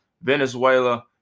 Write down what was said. Venezuela